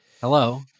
hello